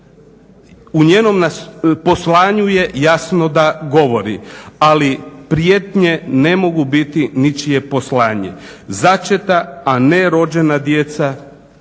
U njenom poslanju je jasno da govori, ali prijetnje ne mogu biti ničije poslanje. Začeta, a ne rođena djeca